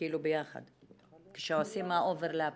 כשעושים חפיפה.